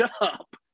up